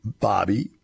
Bobby